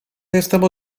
jestem